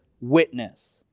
witness